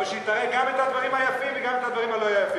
אבל שהיא תראה גם את הדברים היפים וגם את הדברים הלא-יפים.